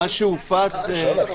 אתה מוכן.